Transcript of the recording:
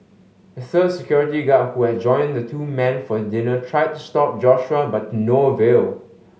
a third security guard who had joined the two men for dinner tried to stop Joshua but no avail